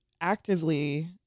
actively